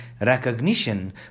recognition